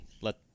let